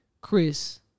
Chris